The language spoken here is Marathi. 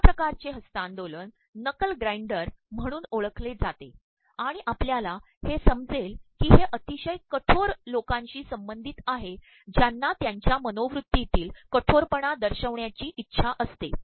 पुढच्या िकारचे हस्त्तांदोलन 'नकल ग्राइंडर' म्हणून ओळखलेजातेआणण आपल्याला हे समजेल की हे अततशय कठोर लोकांशी संबंचधत आहे ज्यांना त्यांच्या मनोवत्तृ ीतील कठोरपणा दशयप्रवण्याची इच्छा असते